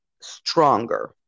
stronger